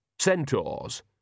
Centaurs